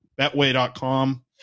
Betway.com